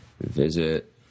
visit